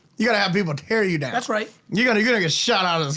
you gotta have people to tear you down. that's right. you're gonna gonna get shot out of the